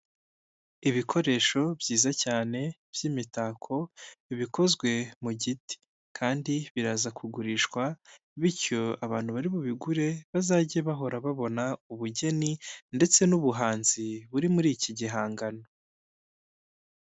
Ibikoresho byiza cyane by'imitako bikozwe mu giti kandi biraza kugurishwa bityo abantu bari bubigure bazajye bahora babona ubugeni ndetse n'ubuhanzi buri muri iki gihangano.